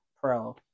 Pro